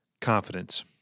Confidence